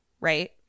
right